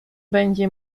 będzie